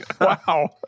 Wow